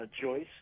Joyce